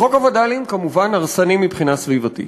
וחוק הווד"לים כמובן הרסני מבחינה סביבתית.